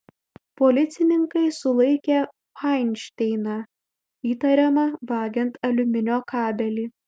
policininkai sulaikė fainšteiną įtariamą vagiant aliuminio kabelį